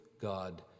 God